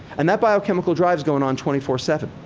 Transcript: and that biochemical drive is going on twenty four seven.